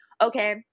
okay